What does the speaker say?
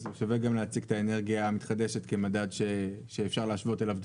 אז שווה גם להציג את האנרגיה המתחדשת כמדד שאפשר להשוות אליו דברים.